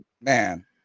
man